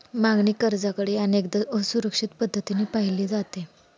मागणी कर्जाकडेही अनेकदा असुरक्षित पद्धतीने पाहिले जाते